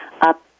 up